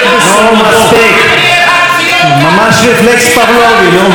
אתה, ממש מפלגת הבלוגים, נו.